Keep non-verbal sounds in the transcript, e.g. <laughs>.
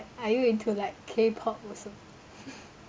are you into like kpop also <laughs>